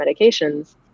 medications